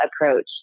approach